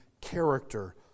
character